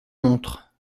montre